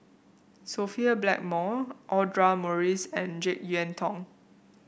Sophia Blackmore Audra Morrice and JeK Yeun Thong